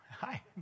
Hi